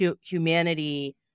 humanity